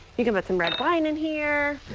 you can put some red wine in here.